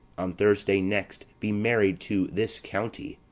on thursday next be married to this county.